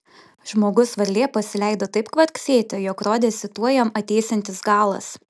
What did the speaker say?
žmogus varlė pasileido taip kvarksėti jog rodėsi tuoj jam ateisiantis galas